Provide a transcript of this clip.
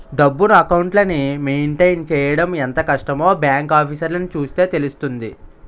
డబ్బును, అకౌంట్లని మెయింటైన్ చెయ్యడం ఎంత కష్టమో బాంకు ఆఫీసర్లని చూస్తే తెలుస్తుంది